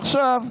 עכשיו,